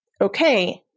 okay